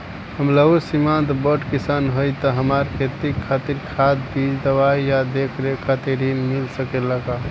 हम लघु सिमांत बड़ किसान हईं त हमरा खेती खातिर खाद बीज दवाई आ देखरेख खातिर ऋण मिल सकेला का?